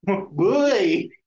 Boy